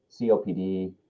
COPD